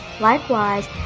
Likewise